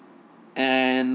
and